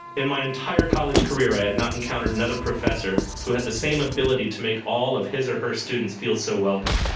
in my entire college career, i had not encountered another professor who had the same ability to make all of his or her students feel so welcome.